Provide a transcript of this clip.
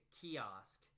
kiosk